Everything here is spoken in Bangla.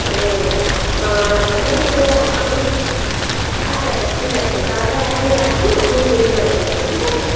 ও ম্যাম তো আমি আচ্ছা আচ্ছা ঠিক আছে তাহলে আপনি রাখুন আমি রবিবারে যাবো ঠিক আছে